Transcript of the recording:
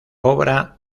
obra